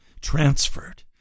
transferred